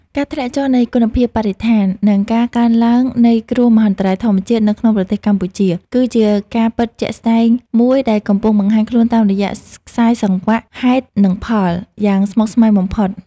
ការធ្លាក់ចុះនៃគុណភាពបរិស្ថាន និងការកើនឡើងនៃគ្រោះមហន្តរាយធម្មជាតិនៅក្នុងប្រទេសកម្ពុជា គឺជាការពិតជាក់ស្តែងមួយដែលកំពុងបង្ហាញខ្លួនតាមរយៈ ខ្សែសង្វាក់ហេតុនិងផល យ៉ាងស្មុគស្មាញបំផុត។